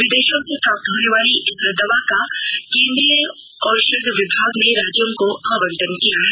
विदेशों से प्राप्त होने वाली इस दवा का केंद्रीय औषध विभाग ने राज्यों को आवंटन किया है